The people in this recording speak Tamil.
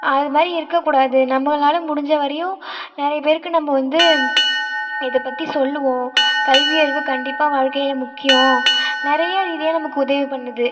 அதுமாதிரி இருக்கக்கூடாது நம்மளால் முடிஞ்சவரையும் நிறைய பேருக்கு நம்ம வந்து இதைப் பற்றி சொல்லுவோம் கல்வியறிவு கண்டிப்பாக வாழ்க்கையில் முக்கியம் நிறைய ரீதியாக நமக்கு உதவி பண்ணுது